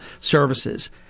services